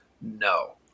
no